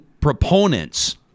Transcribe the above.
proponents